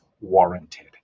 warranted